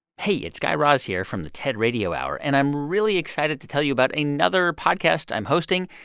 hey, it's guy raz here from the ted radio hour. and i'm really excited to tell you about another podcast i'm hosting.